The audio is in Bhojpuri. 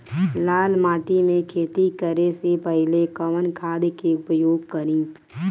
लाल माटी में खेती करे से पहिले कवन खाद के उपयोग करीं?